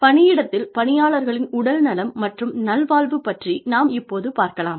பணியிடத்தில் பணியாளர்களின் உடல்நலம் மற்றும் நல்வாழ்வு பற்றி நாம் இப்போது பார்க்கலாம்